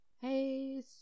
Hey